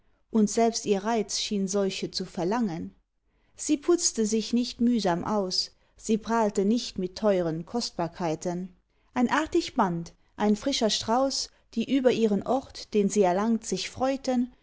und selbst ihr reiz schien solche zu verlangen sie putzte sich nicht mühsam aus sie prahlte nicht mit teuren kostbarkeiten ein artig band ein frischer strauß die über ihren ort den sie erlangt sich freuten